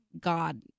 God